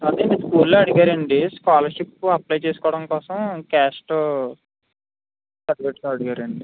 అదే స్కూల్లో అడిగారండి స్కాలర్షిప్ అప్లై చేసుకోవడం కోసం క్యాస్ట్ సర్టిఫికేట్ అడిగారండి